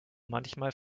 manchmal